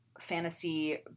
fantasy